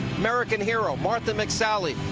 american hero, martha mcsally.